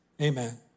Amen